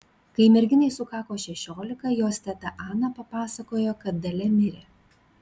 kai merginai sukako šešiolika jos teta ana papasakojo kad dalia mirė